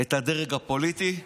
את הדרג הפוליטי,